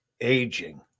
aging